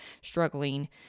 struggling